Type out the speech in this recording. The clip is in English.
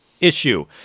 issue